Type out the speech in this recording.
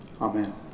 Amen